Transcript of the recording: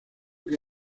que